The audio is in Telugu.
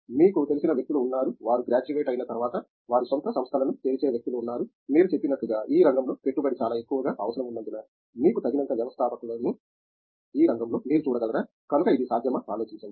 మీకు తెలిసిన వ్యక్తులు ఉన్నారు వారు గ్రాడ్యుయేట్ అయిన తర్వాత వారి స్వంత సంస్థలను తెరిచే వ్యక్తులు ఉన్నారా మీరు చెప్పినట్లుగా ఈ రంగంలో పెట్టుబడి చాలా ఎక్కువగా అవసరం ఉన్నందున మీకు తగినంత వ్యవస్థాపకులను ఈ రంగంలో మీరు చూడగలరా కనుక ఇది సాధ్యమా ఆలోచించండి